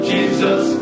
Jesus